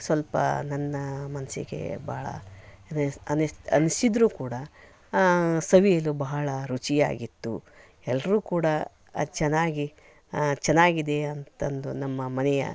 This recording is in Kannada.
ಸ್ವಲ್ಪ ನನ್ನ ಮನಸ್ಸಿಗೆ ಭಾಳ ಇದು ಅನ್ನಿಸಿ ಅನಿಸಿದ್ರೂ ಕೂಡ ಸವಿಯಲು ಬಹಳ ರುಚಿಯಾಗಿತ್ತು ಎಲ್ಲರೂ ಕೂಡ ಅದು ಚೆನ್ನಾಗಿ ಚೆನ್ನಾಗಿದೆ ಅಂತಂದು ನಮ್ಮ ಮನೆಯ